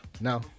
No